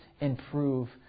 improve